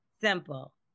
Simple